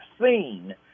seen